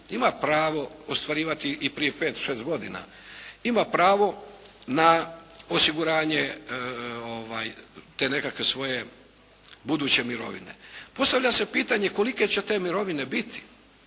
Ima pravo ostvarivati i prije pet, šest godina. Ima pravo na osiguranje te nekakve svoje buduće mirovine. Postavlja se pitanje kolike će te mirovine biti.